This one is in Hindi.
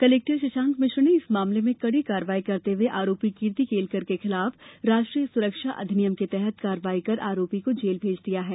कलेक्टर शशांक मिश्र ने इस मामले में कड़ी कार्यवाही करते हुए आरोपी कीर्ति केलकर के खिलाफ राष्ट्रीय सुरक्षा अधिनियम के तहत कार्यवाही कर आरोपी को जेल भेज दिया है